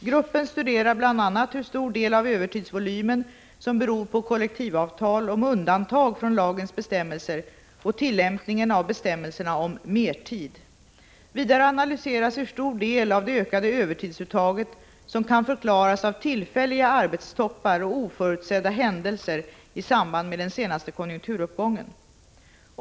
Gruppen studerar bl.a. hur stor del av övertidsvolymen som beror på kollektivavtal om undantag från lagens bestämmelser och tillämpningen av bestämmelserna om mertid. Vidare analyseras hur stor del av det ökade övertidsuttaget som kan förklaras av tillfälliga arbetstoppar och oförutsedda händelser i samband med den senaste konjunkturuppgången.